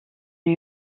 new